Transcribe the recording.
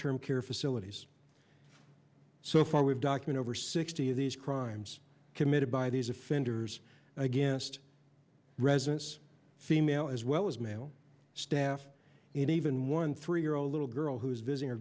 term care facilities so far we've document over sixty of these crimes committed by these offenders against residence female as well as male staff and even one three year old little girl who is visiting her